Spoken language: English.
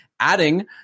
adding